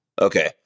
Okay